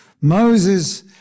Moses